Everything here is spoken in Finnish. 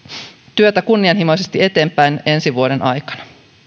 työtä kunnianhimoisesti eteenpäin ensi vuoden aikana